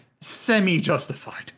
semi-justified